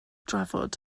drafod